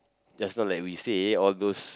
just now like we say all those